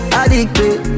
addicted